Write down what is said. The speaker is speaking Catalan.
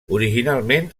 originalment